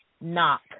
knock